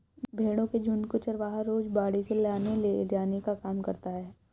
भेंड़ों के झुण्ड को चरवाहा रोज बाड़े से लाने ले जाने का काम करता है